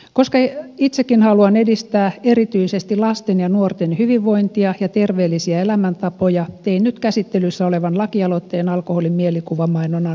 koska itsekin haluan edistää erityisesti lasten ja nuorten hyvinvointia ja terveellisiä elämäntapoja tein nyt käsittelyssä olevan lakialoitteen alkoholin mielikuvamainonnan rajoittamisesta